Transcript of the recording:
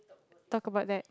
talk about that